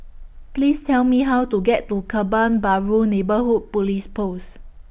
Please Tell Me How to get to Kebun Baru Neighbourhood Police Post